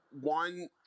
One